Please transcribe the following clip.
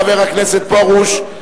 חבר הכנסת פרוש,